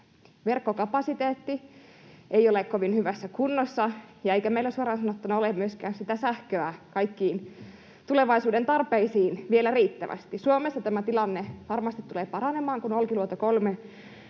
verkkokapasiteetti ei ole kovin hyvässä kunnossa, eikä meillä suoraan sanottuna ole myöskään sitä sähköä kaikkiin tulevaisuuden tarpeisiin vielä riittävästi. Suomessa tämä tilanne varmasti tulee paranemaan, kun Olkiluoto 3